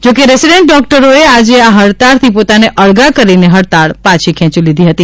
જોકે રેસિડેન્ટ ડોક્ટરોએ આજે આ હડતાળથી પોતાને અળગા કરીને હડતાળ પાછી ખેંચી લીધી હતી